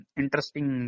interesting